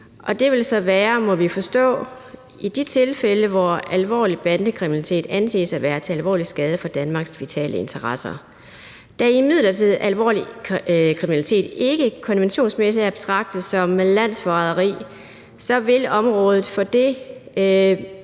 det vil så være, må vi forstå, i de tilfælde, hvor alvorlig bandekriminalitet anses at være til alvorlig skade for Danmarks vitale interesser. Da imidlertid alvorlig kriminalitet konventionsmæssigt ikke er at betragte som landsforræderi, vil området for det